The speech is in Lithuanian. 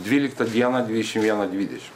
dvyliktą dieną dvidešim viena dvidešim